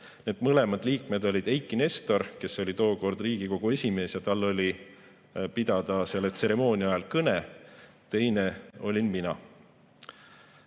Need mõlemad liikmed olid Eiki Nestor, kes oli tookord Riigikogu esimees ja tal oli pidada tseremoonia ajal kõne, teine olin mina.